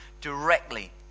directly